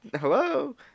hello